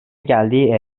geldiği